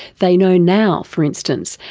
they know now, for instance,